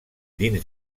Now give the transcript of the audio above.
dins